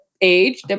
age